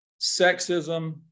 sexism